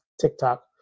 TikTok